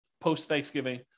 post-Thanksgiving